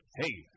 Hey